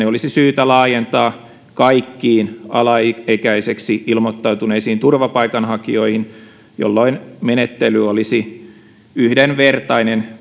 olisi syytä laajentaa kaikkiin alaikäiseksi ilmoittautuneisiin turvapaikanhakijoihin jolloin menettely olisi yhdenvertainen